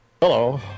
Hello